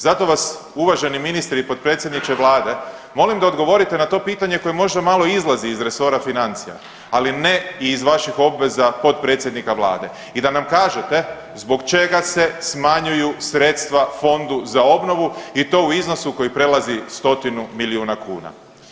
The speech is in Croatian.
Zato vas uvaženi ministre i potpredsjedniče Vlade, molim da odgovorite na to pitanje koje možda malo i izlazi iz resora financija, ali ne i iz vaših obveznika potpredsjednika Vlade i da nam kažete zbog čega se smanjuju sredstva fondu za obnovu i to u iznosu koji prelazi stotinu milijuna kuna.